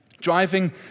driving